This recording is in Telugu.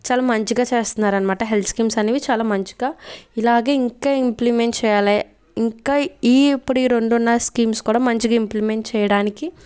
చాలా మంచిగా చేస్తున్నారనమాట హెల్త్ స్కీమ్స్ అనేవి చాలా మంచిగా ఇలాగే ఇంకా ఇంప్లిమెంట్ చేయాలి ఇంకా ఈ ఇప్పుడు రెండు ఉన్న స్కీమ్స్ కూడా మంచిగా ఇంప్లిమెంట్ చేయడానికి